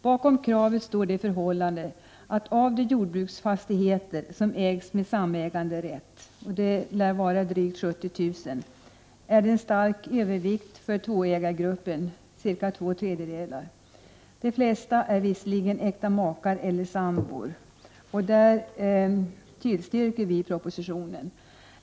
Bakom kravet står] det förhållandet att av de jordbruksfastigheter som ägs med samäganderätt det lär vara drygt 70 000 — är det en stark övervikt för tvåägargruppen, cirkal två tredjedelar. De flesta är visserligen äkta makar eller sambor. I de er tillstyrker vi propositionen.